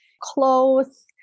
clothes